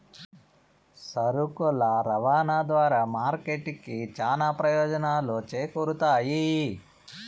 సరుకుల రవాణా ద్వారా మార్కెట్ కి చానా ప్రయోజనాలు చేకూరుతాయి